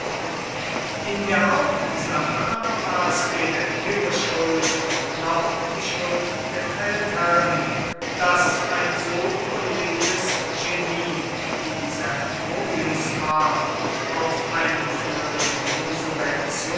in der hauptsache aber war es weder ihre schuld noch die schuld der feldherren daß ein so überlegenes genie wie sertorius war auf einem für den